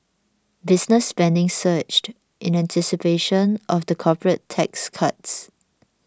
business spending surged in anticipation of the corporate tax cuts